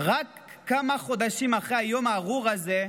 רק כמה חודשים אחרי היום הארור הזה,